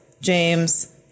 james